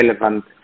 relevant